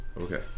okay